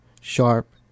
sharp